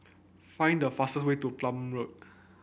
find the fastest way to Plumer Road